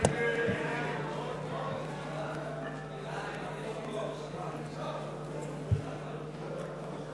סעיף 7, כהצעת הוועדה, נתקבל.